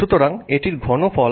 সুতরাং এটির ঘনফল